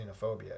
xenophobia